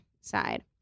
side